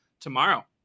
tomorrow